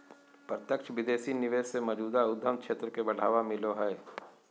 प्रत्यक्ष विदेशी निवेश से मौजूदा उद्यम क्षेत्र के बढ़ावा मिलो हय